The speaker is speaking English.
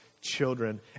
children